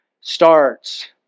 starts